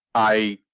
i